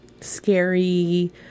scary